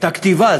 הייתה כתיבה.